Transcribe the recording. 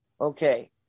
Okay